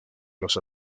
las